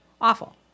awful